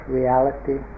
reality